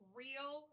real